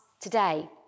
today